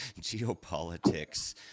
geopolitics